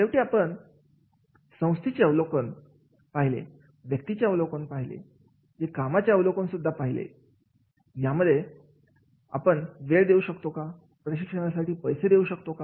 शेवटी आपण आपण संस्थेचे अवलोकन पाहिले व्यक्तीचे अवलोकन पाहिजे जे कामाचे अवलोकन सुद्धा पाहिले मग यामध्ये आपण वेळ देऊ शकतो का प्रशिक्षणासाठी पैसे देऊ शकतो का